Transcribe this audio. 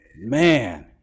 man